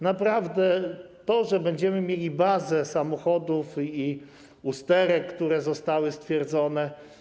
Naprawdę to, że będziemy mieli bazę samochodów i usterek, które zostały stwierdzone.